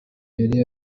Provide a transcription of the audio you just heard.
yari